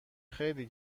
خیلی